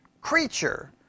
creature